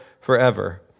forever